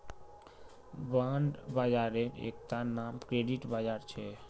bond बाजारेर एकता नाम क्रेडिट बाजार छेक